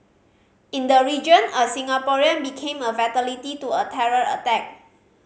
in the region a Singaporean became a fatality to a terror attack